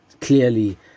clearly